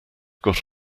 got